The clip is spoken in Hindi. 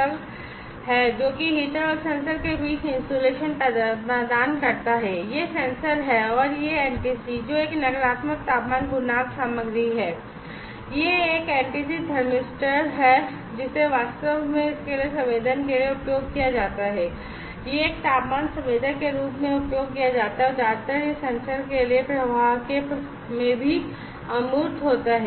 है जिसे वास्तव में इसके लिए संवेदन के लिए उपयोग किया जाता है यह एक तापमान संवेदक के रूप में उपयोग किया जाता है और ज्यादातर यह सेंसर के लिए प्रवाह के प्रवाह में भी अमूर्त होता है